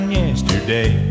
yesterday